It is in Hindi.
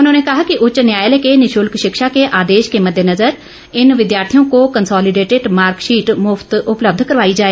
उन्होंने कहा कि उच्च न्यायालय के निशुल्क शिक्षा के आदेश के मद्देनजर इन विद्यार्थियों को कन्सोलिडेटिड मार्कशीट मुफ्त उपलब्ध करवाई जाए